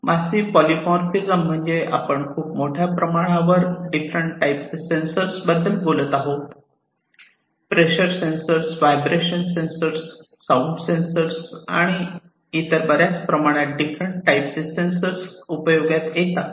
massive polymorphism म्हणजे आपण खूप मोठ्या प्रमाणावर डिफरंट टाईपचे सेन्सर्स बद्दल बोलत आहोत pressure sensors vibration sensors sound sensors आणि इतर बऱ्याच प्रमाणात डिफरंट टाईप सेन्सर्स उपयोगात येतात